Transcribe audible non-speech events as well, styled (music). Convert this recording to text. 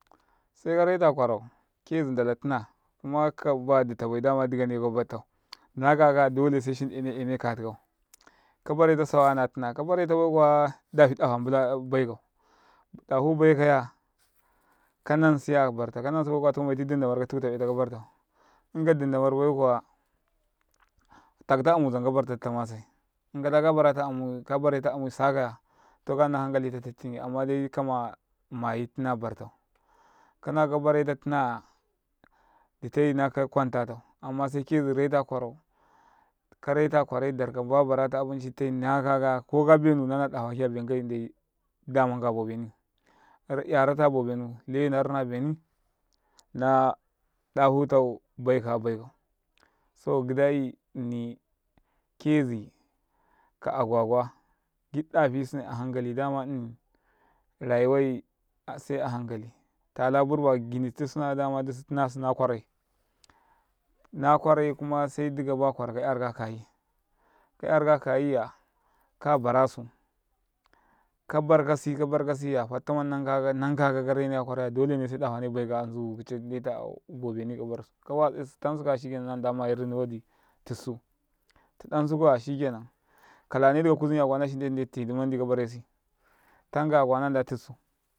﻿Sekareta kwarau kezi ndala tina kuma kaba ditabai dama dikana kabattau nakaya dole se shindene eneka tikau kabare ta sawa ya na tina kabare tabai kuwa na dafa bai kau dafu baikaya bartau kannan sibai kuwa mayi ɗinɗa mar katutabe tau kabartau in ka ɗinɗamar bai kuwa takta amuka bartau. Kabare ta amui sakaya kanna (unintelligible) tiɗ, tin ki amma dai kama mayi tina bartau, kana kabare tau tina ya ditai kwanta ammase keꙁi reta kwarau kareta kwarai darka barata abinci tai koka benu nana ɗafake aben kai ndai damanka bobeni ‘yarata babenu lewe na runa beni na ɗafuta baika baika – baikau saboka gida i nɗini kezi ka agwagwa giɗ ɗafisine ahankali dama nni rayuwai se a hankali talaburba ginittisunakau dama dusu tinasu na kwarai na kwarai kuma sai dika bakwarau ka yarika kayi kayarika kayiyya kabarasu kabarkasi ka bar kasiyya fatta mandi nan kakau kare neka dole se ɗafane baika nzukikai kawatsesu tan sukaya na nɗa mayi rini wadi tiɗasu tidansukuya shikenan kalane diga kuzumya na nɗetu tedi mandi kabarresi tankaya kuwa na nda tuɗsu.